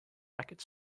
racket